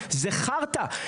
זה חרטא,